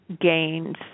gains